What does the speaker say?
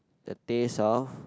the taste of